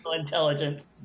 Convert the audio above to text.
intelligence